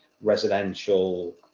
residential